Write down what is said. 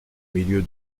milieu